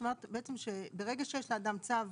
זאת אומרת אמרת שבעצם שיש לאדם צו